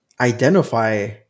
identify